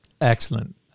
Excellent